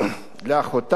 לאחותה,